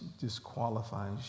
disqualifies